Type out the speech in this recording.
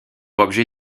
objet